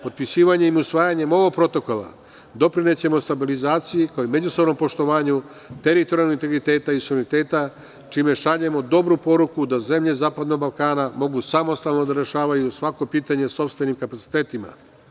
Potpisivanjem i usvajanjem ovog protokola doprinećemo stabilizaciji, kao i međusobnom poštovanju teritorijalnog integriteta i suvereniteta, čime šaljemo dobru poruku da zemlje zapadnog Balkana mogu samostalno da rešavaju svako pitanje sopstvenim kapacitetima.